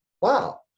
Wow